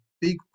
big